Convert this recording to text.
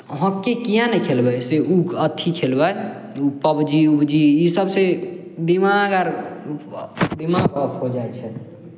hockey किएक नहि खेलबै से ओ अथि खेलबै ओ पब जी उबजी इसभसँ दिमाग आर दिमाग ऑफ हो जाइ छै